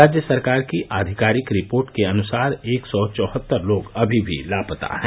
राज्य सरकार की आधिकारिक रिपोर्ट के अन्सार एक सौ चौहत्तर लोग अभी भी लापता हैं